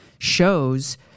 shows